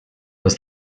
was